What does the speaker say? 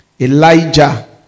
Elijah